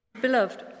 Beloved